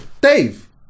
Dave